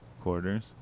quarters